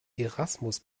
erasmus